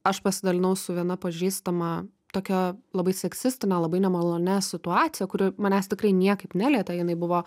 aš pasidalinau su viena pažįstama tokia labai seksistine labai nemalonia situacija kuri manęs tikrai niekaip nelietė jinai buvo